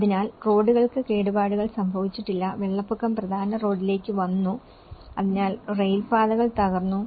അതിനാൽ റോഡുകൾക്ക് കേടുപാടുകൾ സംഭവിച്ചിട്ടില്ല വെള്ളപ്പൊക്കം പ്രധാന റോഡിലേക്ക് വന്നു അതിനാൽ റെയിൽപാതകൾ തകർന്നു